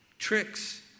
Tricks